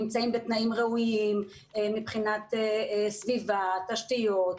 שהם נמצאים בתנאים ראויים מבחינת סביבה, תשתיות,